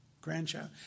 Grandchild